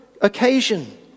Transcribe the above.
occasion